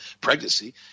pregnancy